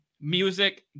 music